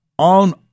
On